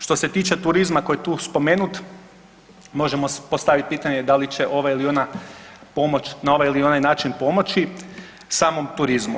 Što se tiče turizma koji je tu spomenut, možemo postaviti pitanje da li ova ili ona pomoć na ovaj ili onaj način pomoći samom turizmu?